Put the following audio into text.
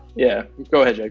yeah, go ahead, yeah